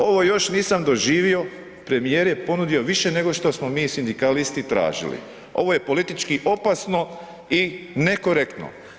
Ovo još nisam doživio, premijer je ponudio više nego što smo mi sindikalisti tražili, ovo je politički opasno i nekorektno.